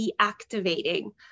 deactivating